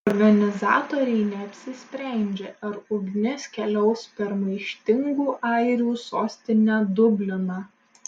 organizatoriai neapsisprendžia ar ugnis keliaus per maištingų airių sostinę dubliną